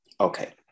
Okay